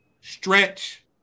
stretch